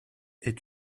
est